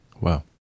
Wow